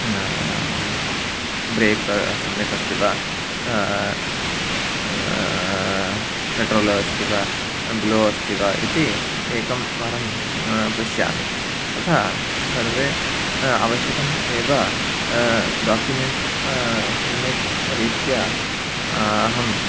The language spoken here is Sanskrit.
ब्रेक् सम्यक् अस्ति वा पेट्रोल् अस्ति वा ब्लो अस्ति वा इति एकं वारं पश्यामि तथा सर्वे आवश्यकम् एव डाक्युमेण्ट्स् सम्यक् रीत्या अहं